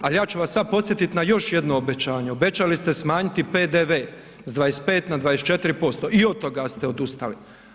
Ali ja ću vas sada podsjetiti na još jedno obećanje, obećali ste smanjiti PDV s 25 na 24% i od toga ste odustali.